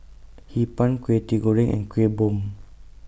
Hee Pan Kwetiau Goreng and Kuih Bom